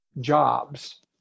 jobs